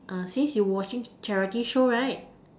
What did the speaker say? since we watching charity show right